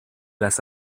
las